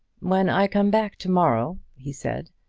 when i come back to-morrow, he said,